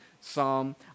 psalm